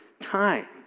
time